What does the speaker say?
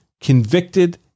convicted